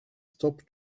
stop